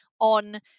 on